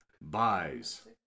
Buys